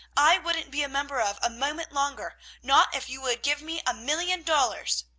i wouldn't be a member of a moment longer, not if you would give me a million dollars!